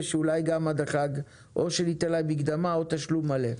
או שניתן להם מקדמה או תשלום מלא.